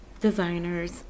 designers